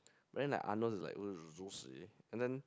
but then Arnold's is like !woo! juicy and then